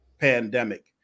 pandemic